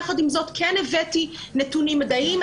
יחד עם זאת כן הבאתי נתונים מדעיים.